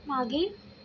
मागे